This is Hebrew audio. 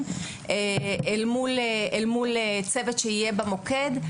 זה משהו שאנחנו כרגע מתכללים אל מול צוות שיהיה במוקד.